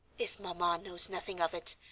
if mamma knows nothing of it,